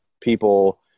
people